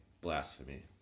Blasphemy